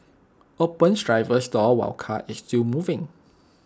open driver's door while car is still moving